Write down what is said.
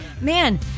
Man